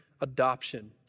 adoption